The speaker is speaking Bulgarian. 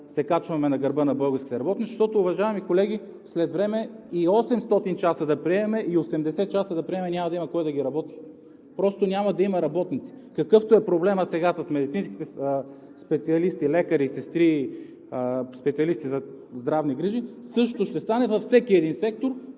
се качваме на гърба на българските работници. Защото, уважаеми колеги, след време и 800 часа да приемем, и 80 часа да приемем, няма да има кой да ги работи. Просто няма да има работници. Какъвто е проблемът сега с медицинските специалисти – лекари, сестри, специалисти по здравни грижи, същото ще стане във всеки един сектор